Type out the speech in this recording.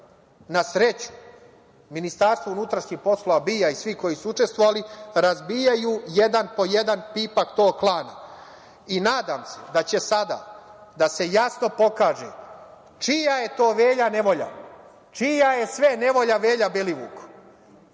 Na sreću, MUP, BIA i svi koji su učestvovali razbijaju jedan po jedan pipak tog klana. Nadam se da će sada da se jasno pokaže čija je to Velja Nevolja, čija je sve nevolja Velja Belivuk